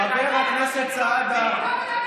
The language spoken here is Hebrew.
אופיר, הוא יודע לתרגם את זה, חבר הכנסת סעדה.